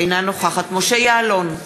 אינה נוכחת משה יעלון,